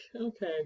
okay